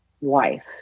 wife